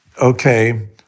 okay